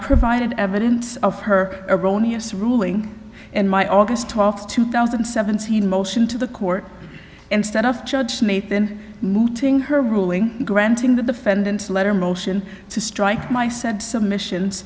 provided evidence of her erroneous ruling and my aug twelfth two thousand and seventeen motion to the court instead of judge made mooting her ruling granting the defendants letter motion to strike my said submissions